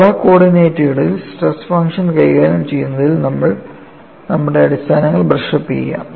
polar കോർഡിനേറ്റുകളിൽ stress function കൈകാര്യം ചെയ്യുന്നതിൽ നമ്മുടെ അടിസ്ഥാനങ്ങൾ ബ്രഷ് അപ്പ് ചെയ്യാം